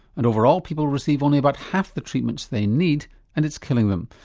and overall people receive only about half the treatments they need and it's killing them.